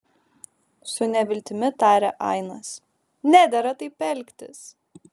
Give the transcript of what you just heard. su neviltimi tarė ainas nedera taip elgtis